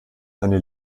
eine